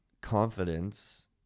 confidence